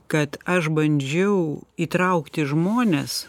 kad aš bandžiau įtraukti žmones